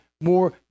more